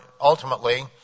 ultimately